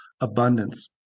abundance